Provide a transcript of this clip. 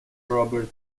robert